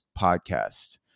podcast